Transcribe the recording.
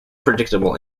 predictable